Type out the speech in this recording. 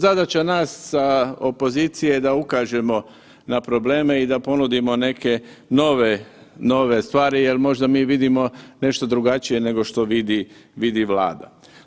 Zadaća nas sa opozicije je da ukažemo na probleme i da ponudimo neke nove, nove stvari jer možda mi vidimo nešto drugačije nego što vidi Vlada.